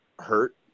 hurt